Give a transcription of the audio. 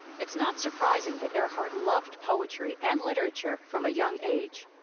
it's not surprising that earhart loved poetry and literature from a young age.